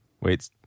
Wait